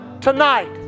tonight